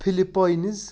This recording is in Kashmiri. فِلِپاینِز